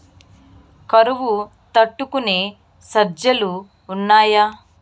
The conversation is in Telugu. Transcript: కరువు తట్టుకునే సజ్జలు ఉన్నాయా